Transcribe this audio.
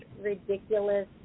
ridiculous